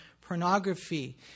pornography